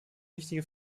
wichtige